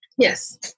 Yes